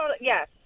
Yes